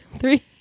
three